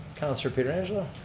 councilman pietrangelo.